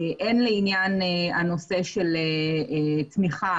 הן לעניין הנושא של תמיכה,